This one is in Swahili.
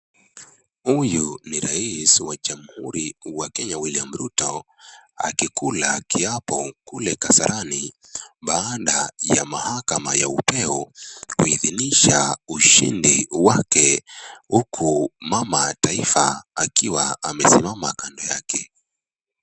Huyu ni Raisi wa Jamhuri wa Kenya William Ruto, akikula kiapo kule Kasarani, baada ya mahakama ya upeo, kuhidhinisha ushindi wake huku mama Taifa akiwa amesimama kando yake.